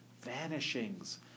vanishings